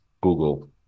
Google